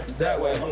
that way.